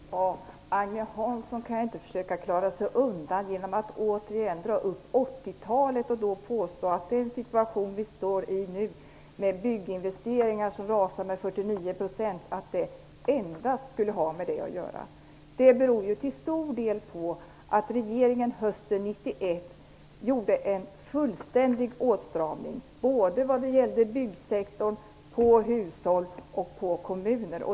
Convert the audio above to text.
Herr talman! Agne Hansson kan inte försöka klara sig undan genom att återigen dra upp 80-talet och påstå att den situation vi har nu, med bygginvesteringar som rasar med 49 %, endast skulle ha med den utvecklingen att göra. Situationen beror till stor del på att regeringen hösten 1991 gjorde en fullständig åtstramning vad gällde byggsektor, hushåll och kommuner.